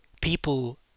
people